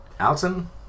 Alton